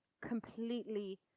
completely